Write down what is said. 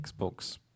Xbox